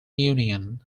union